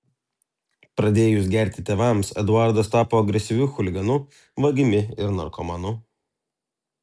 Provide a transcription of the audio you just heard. pradėjus gerti tėvams eduardas tapo agresyviu chuliganu vagimi ir narkomanu